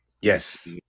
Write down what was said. Yes